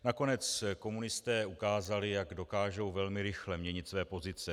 Nakonec komunisté ukázali, jak dokážou velmi rychle měnit své pozice.